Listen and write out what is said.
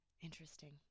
Interesting